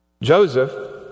Joseph